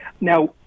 Now